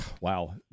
wow